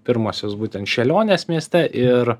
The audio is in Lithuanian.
pirmosios būtent šėlionės mieste ir